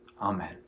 Amen